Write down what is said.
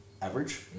average